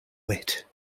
wit